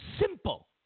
simple